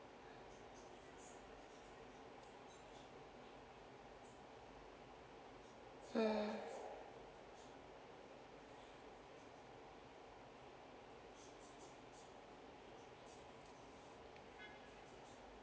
mm